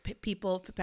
people